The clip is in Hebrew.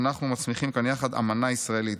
אנחנו מצמיחים כאן יחד אמנה ישראלית,